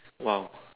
!wow!